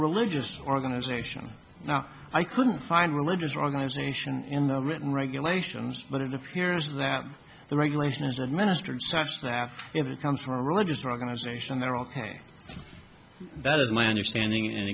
religious organization now i couldn't find religious organization in britain regulations but it appears that the regulations that ministers such that if it comes from a religious organization they're ok that is my understanding and